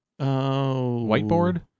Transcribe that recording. Whiteboard